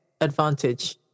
advantage